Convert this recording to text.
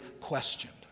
questioned